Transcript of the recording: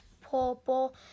purple